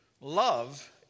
love